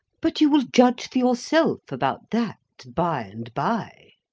but, you will judge for yourself about that bye-and-bye.